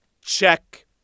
Check